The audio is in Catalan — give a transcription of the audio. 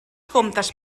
comtes